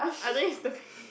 I need to pee